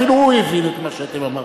אפילו הוא הבין את מה שאתם אמרתם.